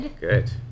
Good